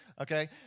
okay